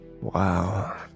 Wow